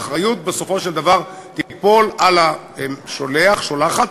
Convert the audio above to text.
האחריות בסופו של דבר תיפול על השולח או השולחת,